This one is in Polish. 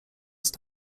jest